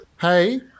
Hey